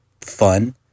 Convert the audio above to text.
fun